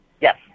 Yes